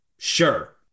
Sure